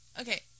Okay